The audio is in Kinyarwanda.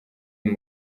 uyu